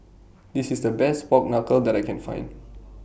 This IS The Best Pork Knuckle that I Can Find